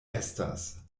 estas